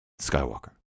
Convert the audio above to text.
Skywalker